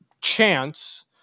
chance